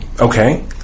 Okay